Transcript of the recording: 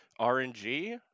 RNG